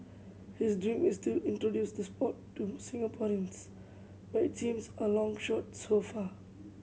his dream is to introduce the sport to Singaporeans but it seems a long shot so far